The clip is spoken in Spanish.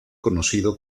conocido